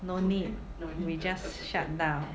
no need no need we just shut down